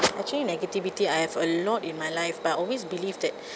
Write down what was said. actually negativity I have a lot in my life but I always believed that